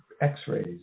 X-rays